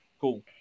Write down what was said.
Cool